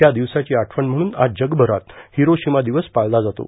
या दिवसाची आठवण म्हणून आज जगभरात हिरोशिमा दिवस पाळला जातो